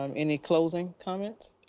um any closing comments?